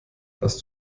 hast